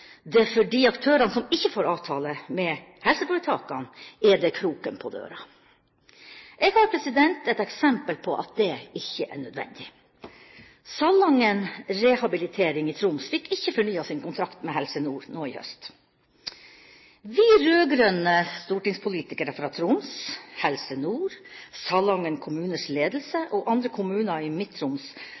det for de aktørene som ikke får avtale med helseforetakene, er kroken på døra. Jeg har et eksempel på at det ikke er nødvendig. Salangen HelseRehab i Troms fikk ikke fornyet sin kontrakt med Helse Nord nå i høst. Vi rød-grønne stortingspolitikere fra Troms, Helse Nord, Salangen kommunes ledelse og andre kommuner i